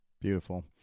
Beautiful